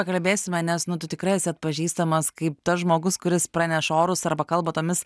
pakalbėsime nes nu tu tikrai esi atpažįstamas kaip tas žmogus kuris praneša orus arba kalba tomis